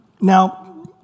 Now